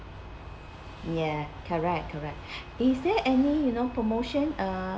ya correct correct is there any you know promotion uh